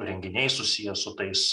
renginiai susiję su tais